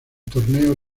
torneo